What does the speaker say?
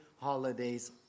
holidays